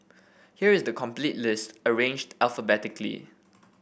here is the complete list arranged alphabetically